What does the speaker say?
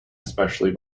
especially